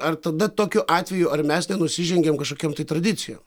ar tada tokiu atveju ar mes nenusižengiam kažkokiom tai tradicijom